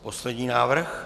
Poslední návrh.